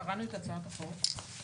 קראנו את הצעת החוק,